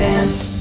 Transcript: Dance